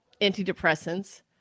antidepressants